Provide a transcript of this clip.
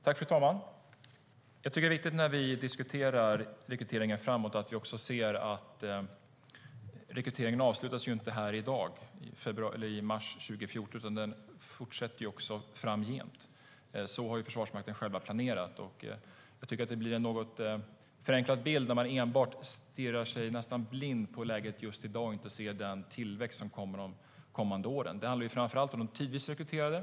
Fru talman! Jag tycker att det är viktigt när vi diskuterar rekryteringar framöver att vi också ser att rekryteringen ju inte avslutas här i dag, i mars 2014, utan fortsätter framgent. Så har Försvarsmakten planerat, och jag tycker att det blir en något förenklad bild när man stirrar sig nästan blind på läget just i dag och inte ser tillväxten de kommande åren. Det handlar framför allt om de tidvis tjänstgörande.